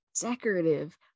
decorative